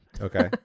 Okay